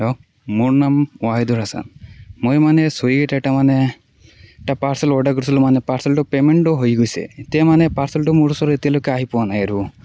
hello মোৰ নাম ৱাহিদুৰ হাচান মই মানে চহিত এটা মানে এটা পাৰ্চেল অৰ্ডাৰ কৰিছিলোঁ মানে পাৰ্চেলটো পেমেণ্টটো হৈ গৈছে এতিয়া মানে পাৰ্চেলটো মোৰ ওচৰত এতিয়ালৈকে আহি পোৱা নাই আৰু